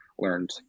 learned